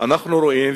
אנחנו רואים,